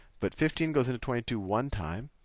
but fifteen goes into twenty two one time.